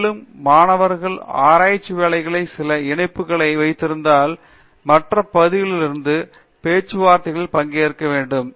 மேலும் மாணவர்கள் ஆராய்ச்சி வேலைகளில் சில இணைப்புகளை வைத்திருந்தால் மற்ற பகுதிகளிலிருந்தும் பேச்சுவார்த்தைகளில் பங்கேற்க வேண்டும்